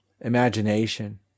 imagination